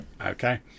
Okay